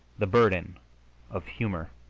the burden of humor